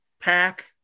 pack